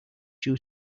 due